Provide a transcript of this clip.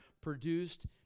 produced